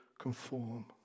conform